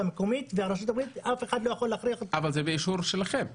אבל זה באישור שלכם?